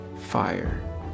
fire